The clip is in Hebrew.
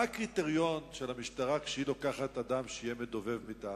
מה הקריטריון של המשטרה כשהיא לוקחת אדם שיהיה מדובב מטעמה?